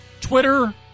Twitter